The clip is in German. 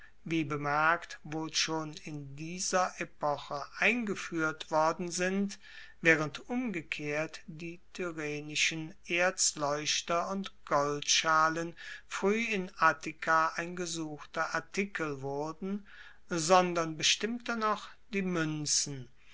wie bemerkt wohl schon in dieser epoche eingefuehrt worden sind waehrend umgekehrt die tyrrhenischen erzleuchter und goldschalen frueh in attika ein gesuchter artikel wurden sondern bestimmter noch die muenzen